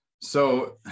So-